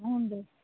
ಹ್ಞೂ ರೀ